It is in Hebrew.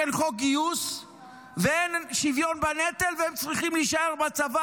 אין חוק גיוס ואין שוויון בנטל והם צריכים להישאר בצבא